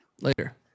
Later